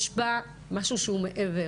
יש בה משהו שהוא מעבר.